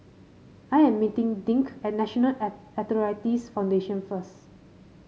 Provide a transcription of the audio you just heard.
I am meeting Dink at National Arthritis Foundation first